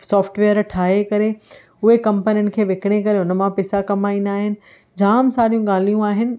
software ठाहे करे उहे कंपनियुनि खे विकिणे करे हुन मां पैसा कमाईंदा आहिनि जामु सरियूं ॻाल्हियूं आहिनि